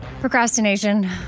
Procrastination